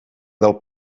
del